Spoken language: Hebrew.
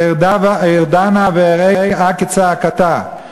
ארדה נא ואראה הכצעקתה".